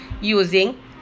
using